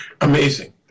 Amazing